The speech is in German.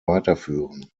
weiterführen